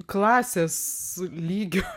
klasės lygio